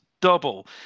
double